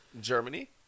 Germany